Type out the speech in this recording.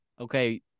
okay